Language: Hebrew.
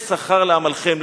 יש שכר לעמלכם,